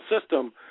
system